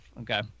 Okay